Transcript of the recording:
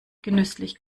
genüsslich